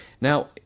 Now